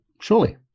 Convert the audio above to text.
surely